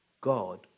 God